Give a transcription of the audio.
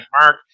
mark